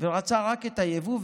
ורצה רק את היבוא.